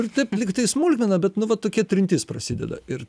ir taip lyg tai smulkmena bet nu va tokia trintis prasideda ir